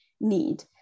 need